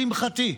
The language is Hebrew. לשמחתי,